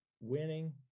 winning